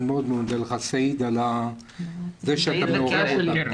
אני מודה לכם סעיד וקרן על שאתם מעוררים אותה.